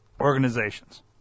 organizations